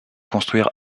construire